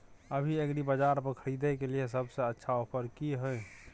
अभी एग्रीबाजार पर खरीदय के लिये सबसे अच्छा ऑफर की हय?